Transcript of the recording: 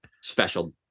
special